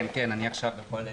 כן, אני עכשיו יכול לדבר.